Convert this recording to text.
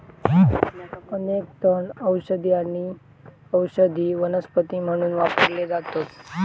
अनेक तण औषधी आणि औषधी वनस्पती म्हणून वापरले जातत